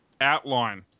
outline